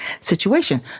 situation